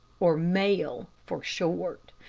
or mel, for short.